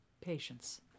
Patience